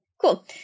Cool